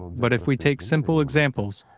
but if we take simple examples,